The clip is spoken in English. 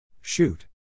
Shoot